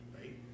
right